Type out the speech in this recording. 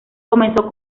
comenzó